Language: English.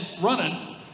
running